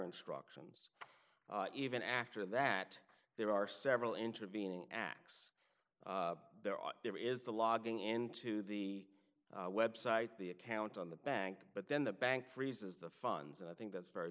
instructions even after that there are several intervening acts there are there is the logging into the website the account on the bank but then the bank freezes the funds and i think that's very